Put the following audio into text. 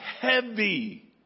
heavy